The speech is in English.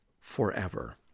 forever